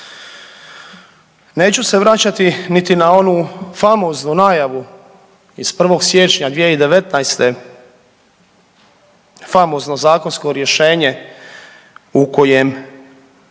Neću se vraćati niti na onu famoznu najavu iz 1. Siječnja 2019., famozno zakonsko rješenje u kojem